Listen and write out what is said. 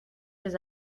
ses